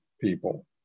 people